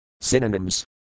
Synonyms